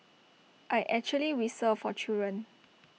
I actually whistle for children